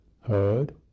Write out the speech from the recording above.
heard